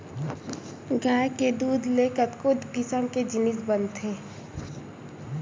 गाय के दूद ले कतको किसम के जिनिस बनथे